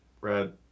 Red